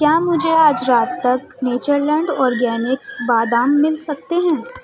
کیا مجھے آج رات تک نیچر لینڈ اورگینکس بادام مل سکتے ہیں